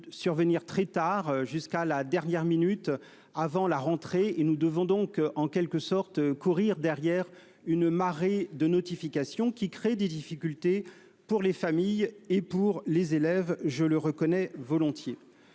survenir très tard, jusqu'à la dernière minute avant la rentrée. Nous devons donc en quelque sorte courir derrière une marée de notifications, ce qui crée des difficultés pour les familles et les élèves, je le reconnais volontiers.